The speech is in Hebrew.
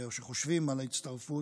או שחושבים על הצטרפות,